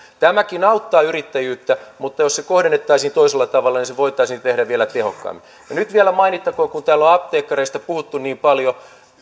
tämäkin auttaa yrittäjyyttä mutta jos se kohdennettaisiin toisella tavalla se voitaisiin tehdä vielä tehokkaammin nyt vielä mainittakoon kun täällä on apteekkareista puhuttu niin paljon